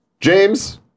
James